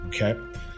okay